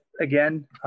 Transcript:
again